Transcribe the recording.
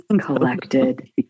collected